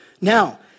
Now